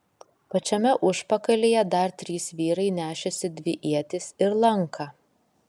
pačiame užpakalyje dar trys vyrai nešėsi dvi ietis ir lanką